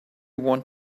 want